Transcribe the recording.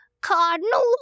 Cardinal